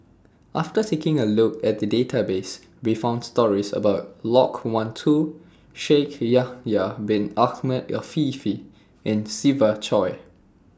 after taking A Look At The Database We found stories about Loke Wan Tho Shaikh Yahya Bin Ahmed Afifi and Siva Choy